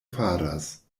faras